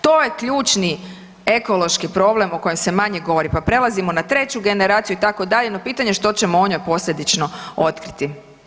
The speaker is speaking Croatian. To je ključni ekološki problem o kojem se manje govori pa prelazimo na treću generaciju itd., no pitanje je što ćemo o njoj posljedično otkriti.